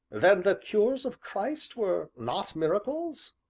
then the cures of christ were not miracles?